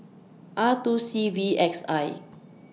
R two C V X I